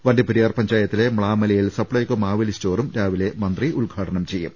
വണ്ടി പ്പെരിയാർ പഞ്ചായത്തിലെ മ്ലാമലയിൽ സപ്ലൈകോ മാവേലി സ്റ്റോറും രാവിലെ അദ്ദേഹം ഉദ്ഘാടനം ചെയ്യും